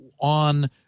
on